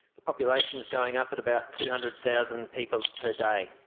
the population is going up at about two hundred thousand people per day,